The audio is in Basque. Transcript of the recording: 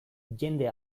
jende